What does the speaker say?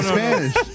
Spanish